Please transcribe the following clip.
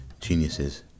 Geniuses